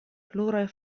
pluraj